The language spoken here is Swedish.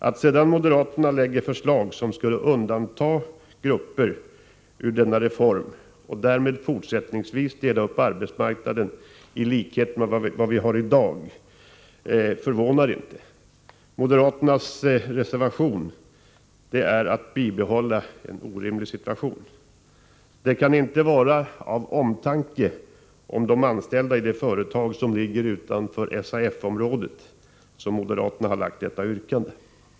Att moderaterna sedan framlägger förslag som skulle undanta grupper från denna reform, och därmed fortsättningsvis dela upp arbetsmarknaden i likhet med de förhållanden vi har i dag, förvånar inte. Moderaternas reservation innebär att man vill bibehålla en orimlig situation. Det kan inte vara av omtanke om de anställda i de företag som ligger utanför SAF området som moderaterna framställt detta yrkande.